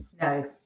no